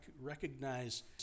Recognize